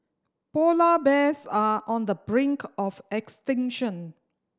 polar bears are on the brink of extinction